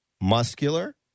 muscular